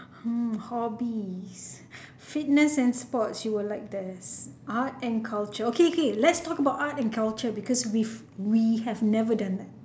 hmm hobbies fitness and sports you will like this art and culture okay k let's talk about art and culture because we've we have never done that